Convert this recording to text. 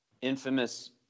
infamous